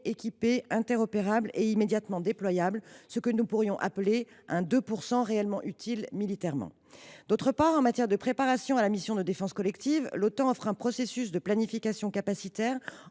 équipées, interopérables et immédiatement déployables, en faisant en sorte que 2 % de notre PIB soit réellement utiles militairement. De plus, en matière de préparation à la mission de défense collective, l’Otan offre un processus de planification capacitaire